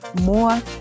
more